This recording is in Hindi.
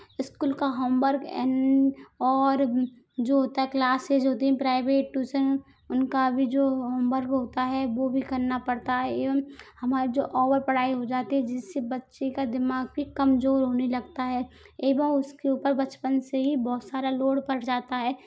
इस्कूल का होमवर्क एन और जो होता है क्लासेज होती हैं प्राइवेट ट्यूसन उन का भी जो होमबर्क होता है वो भी करना पड़ता है एवं हमारे जो ओवर पढ़ाई हो जाती है जिस से बच्चे का दिमाग भी कमजोर होने लगता है एवं उस के ऊपर बचपन से ही बहुत सारा लोड पड़ जाता है